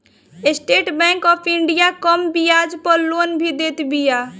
estate Bank of India कम बियाज पअ लोन भी देत बिया